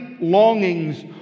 longings